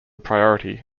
priority